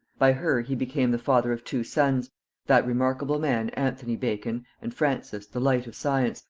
by her he became the father of two sons that remarkable man anthony bacon, and francis, the light of science,